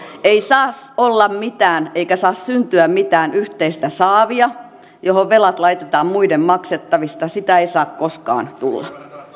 ei saa olla mitään eikä saa syntyä mitään yhteistä saavia johon velat laitetaan muiden maksettavaksi sitä ei saa koskaan tulla